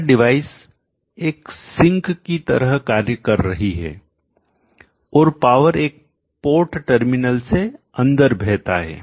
यह डिवाइस एक सिंकग्रहण करने वाला की तरह कार्य कर रही है और पावर एक पोर्ट टर्मिनल से अंदर बहता है